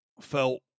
felt